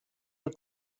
for